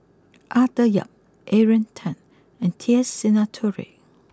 Arthur Yap Adrian Tan and T S Sinnathuray